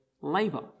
labour